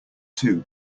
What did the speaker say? too